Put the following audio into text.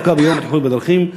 דווקא ביום הבטיחות בדרכים,